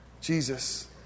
Jesus